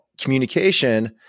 communication